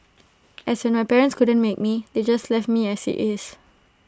as when my parents couldn't make me they just left me as IT is